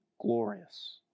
glorious